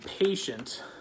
patient